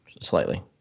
slightly